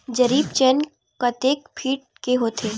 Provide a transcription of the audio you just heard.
जरीब चेन कतेक फीट के होथे?